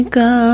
go